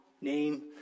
name